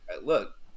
look